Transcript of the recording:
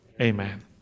Amen